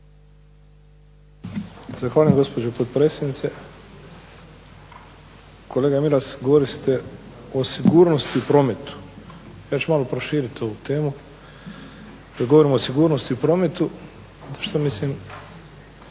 Zahvaljujem gospođo potpredsjednice. Kolega Milas, govorili ste o sigurnosti u prometu. Ja ću malo proširiti ovu temu kad govorimo o sigurnosti o prometu što mislim